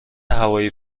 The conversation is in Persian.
هوایی